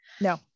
no